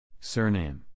Surname